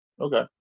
Okay